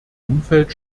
umfeld